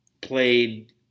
played